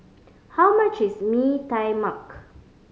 how much is Mee Tai Mak